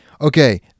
okay